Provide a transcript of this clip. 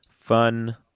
Fun